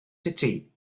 city